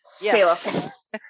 Yes